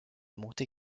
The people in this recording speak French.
monte